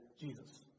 Jesus